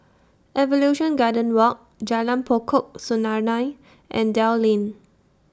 Evolution Garden Walk Jalan Pokok Serunai and Dell Lane